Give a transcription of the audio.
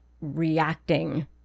reacting